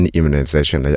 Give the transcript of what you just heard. Immunization